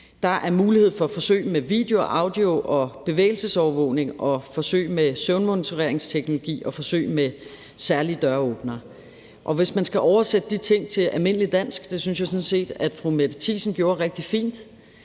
Der er mulighed for forsøg med video-, audio- og bevægelsesovervågning, forsøg med søvnmonitoreringsteknologi og forsøg med særlige døråbnere. Hvis man skal oversætte de ting til almindeligt dansk – det synes jeg sådan set fru Mette Thiesen gjorde rigtig fint